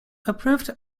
approved